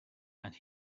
and